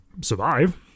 survive